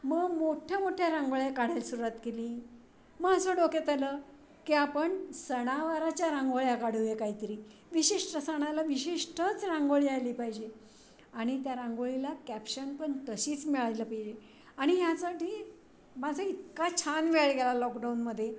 मग मोठ्या मोठ्या रांगोळ्या काढायला सुरुवात केली मग असं डोक्यात आलं की आपण सणावाराच्या रांगोळ्या काढू या काहीतरी विशिष्ट सणाला विशिष्टच रांगोळी आली पाहिजे आणि त्या रांगोळीला कॅप्शन पण तशीच मिळायला पाहिजे आणि ह्यासाठी माझा इतका छान वेळ गेला लॉकडाऊनमध्ये